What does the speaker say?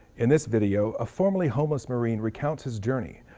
in this video, a formerly homeless marine recounts his journey,